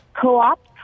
co-op